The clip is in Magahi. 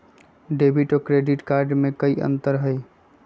डेबिट और क्रेडिट कार्ड में कई अंतर हई?